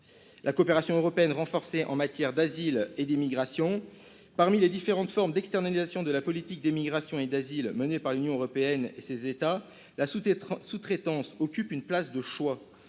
la coopération européenne en matière d'asile et d'immigration. Parmi les différentes formes d'externalisation de la politique d'immigration et d'asile menée par l'Union européenne et ses États, la sous-traitance occupe une place de choix.